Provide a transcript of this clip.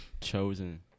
Chosen